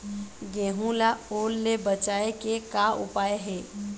गेहूं ला ओल ले बचाए के का उपाय हे?